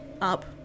up